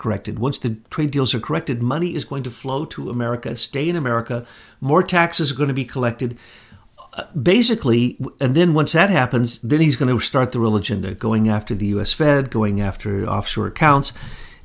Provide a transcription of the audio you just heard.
corrected once the trade deals are corrected money is going to flow to america stay in america more taxes are going to be collected basically and then once that happens then he's going to start the religion they're going after the u s fed going after offshore accounts